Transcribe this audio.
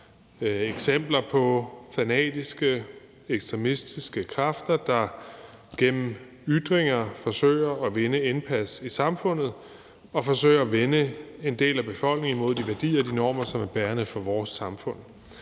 eksempler på fanatiske ekstremistiske kræfter, der gennem ytringer forsøger at vinde indpas i samfundet og forsøger at vende en del af befolkningen mod de værdier og normer, som er bærende for vores samfund.